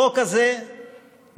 החוק הזה נועד